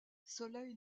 soleil